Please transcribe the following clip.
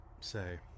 say